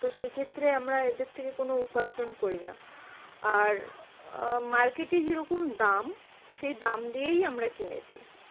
তো সেক্ষেত্রে আমরা এদের থেকে কোনো উপার্জন করি না আর মার্কেটে যেরকম দাম সেই দাম দিয়েই আমরা কিনেছি